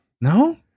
No